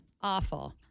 Awful